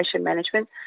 management